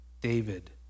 David